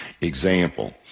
Example